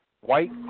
white